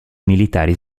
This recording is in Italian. militari